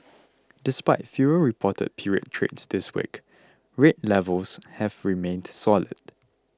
despite fewer reported period trades this week rate levels have remained solid